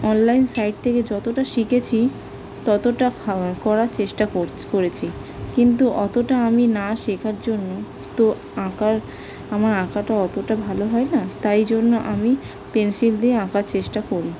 online site থেকে যতটা শিখেছি ততটা খাওয়ার করার চেষ্টা করছি কিন্তু অতটা আমি না শেখার জন্য তো আঁকার আমার আঁকাটা অতটা ভালো হয় না তাই জন্য আমি পেনসিল দিয়ে আঁকার চেষ্টা করি